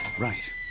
right